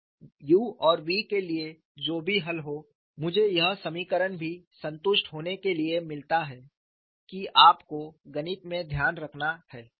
तो u और v के लिए जो भी हल हो मुझे यह समीकरण भी संतुष्ट होने के लिए मिलता है कि आप को गणित में ध्यान रखना है